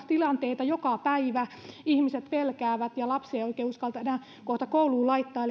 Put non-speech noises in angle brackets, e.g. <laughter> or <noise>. tilanteita joka päivä ihmiset pelkäävät ja lapsia ei oikein uskalleta enää kohta kouluun laittaa <unintelligible>